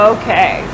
okay